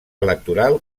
electoral